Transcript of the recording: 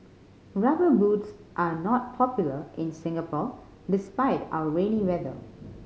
Rubber Boots are not popular in Singapore despite our rainy weather